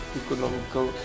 economical